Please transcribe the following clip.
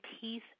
peace